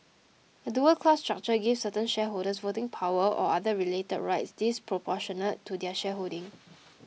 a dual class structure gives certain shareholders voting power or other related rights disproportionate to their shareholding